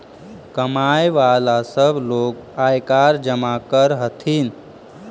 कमाय वला सब लोग आयकर जमा कर हथिन